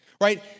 right